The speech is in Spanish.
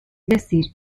decir